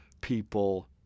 people